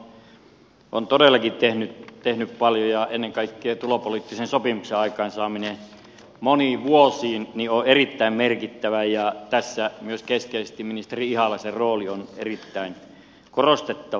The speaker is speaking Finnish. hallitus on todellakin tehnyt paljon ja ennen kaikkea tulopoliittisen sopimuksen aikaansaaminen moniin vuosiin on erittäin merkittävä ja tässä keskeisesti myös ministeri ihalaisen rooli on erittäin korostettava